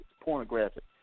pornographic